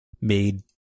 made